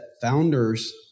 founders